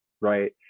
right